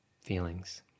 feelings